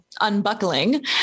unbuckling